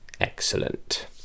excellent